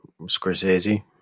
Scorsese